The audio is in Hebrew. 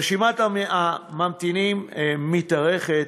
רשימת הממתינים מתארכת,